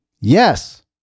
yes